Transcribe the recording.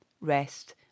rest